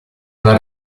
una